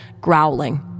growling